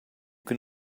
can